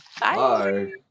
Bye